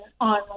on